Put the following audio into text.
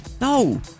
No